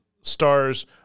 stars